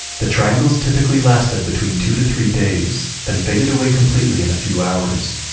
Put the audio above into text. the triangles typically lasted between two to three days then faded away completely in a few hours.